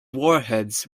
warheads